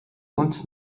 und